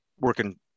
working